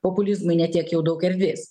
populizmui ne tiek jau daug erdvės